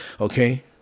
Okay